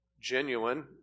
genuine